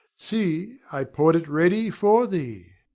see! i poured it ready for thee.